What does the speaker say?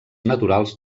naturals